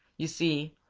you see,